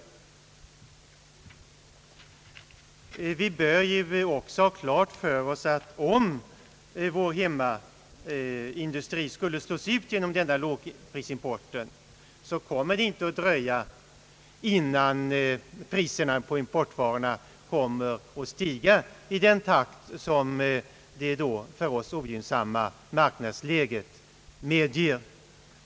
Vi bör också ha klart för oss att om vår hemmaindustri skulle slås ut genom denna lågprisimport, så kommer det inte att dröja länge förrän priserna på importvarorna stiger i den takt som det då för oss ogynnsamma marknadsläget medger säljarna.